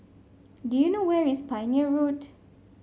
do you know where is Pioneer Road